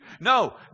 No